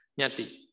nyati